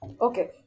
Okay